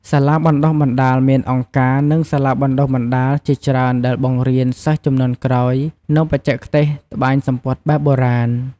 សាលាបណ្ដុះបណ្ដាល មានអង្គការ និងសាលាបណ្ដុះបណ្ដាលជាច្រើនដែលបង្រៀនសិស្សជំនាន់ក្រោយនូវបច្ចេកទេសត្បាញសំពត់បែបបុរាណ។